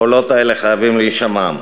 הקולות האלה חייבים להישמע.